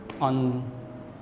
on